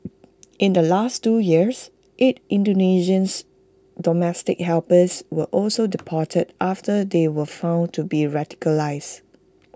in the last two years eight Indonesians domestic helpers were also deported after they were found to be radicalised